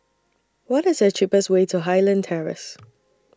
What IS The cheapest Way to Highland Terrace